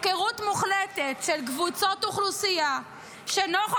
הפקרות מוחלטת של קבוצות אוכלוסייה שנוכח